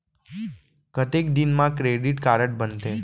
कतेक दिन मा क्रेडिट कारड बनते?